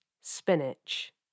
spinach